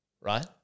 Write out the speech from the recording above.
right